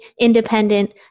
independent